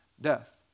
death